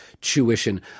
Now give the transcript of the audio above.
tuition